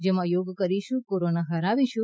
જેમાં યોગ કરીશુ કોરોના હરાવીશું